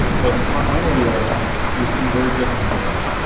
but in continental europe you're seeing a very different approach.